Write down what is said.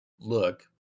look